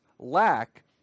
lack